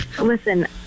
Listen